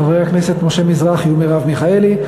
חברי הכנסת משה מזרחי ומרב מיכאלי,